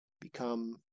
become